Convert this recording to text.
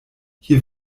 hier